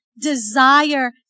desire